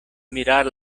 mirar